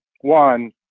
one